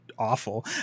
awful